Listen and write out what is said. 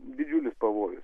didžiulis pavojus